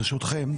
ברשותכם,